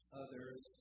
other's